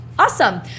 Awesome